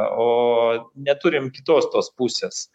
o neturim kitos tos pusės